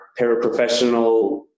paraprofessional